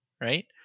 right